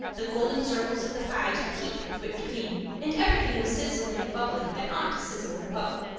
the golden circles of the pies were heaped with whipped cream, and everything was sizzling and bubbling that ought to sizzle and bubble.